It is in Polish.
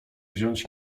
wziąć